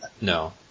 No